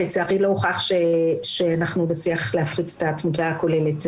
לצערי לא הוכח שאנחנו נצליח להפחית את התמותה הכוללת,